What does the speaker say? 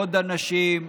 עוד אנשים,